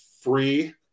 free